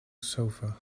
sofa